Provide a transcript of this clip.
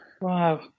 wow